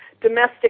domestic